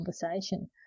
conversation